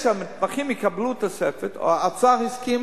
שהמתמחים יקבלו תוספת, האוצר הסכים